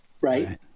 right